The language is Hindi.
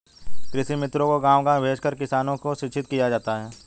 कृषि मित्रों को गाँव गाँव भेजकर किसानों को शिक्षित किया जाता है